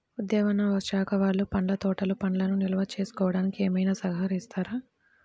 ఉద్యానవన శాఖ వాళ్ళు పండ్ల తోటలు పండ్లను నిల్వ చేసుకోవడానికి ఏమైనా సహకరిస్తారా?